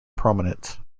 prominent